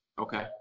Okay